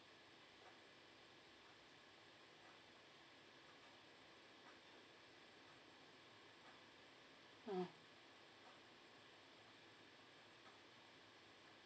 mm